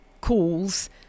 calls